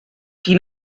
qui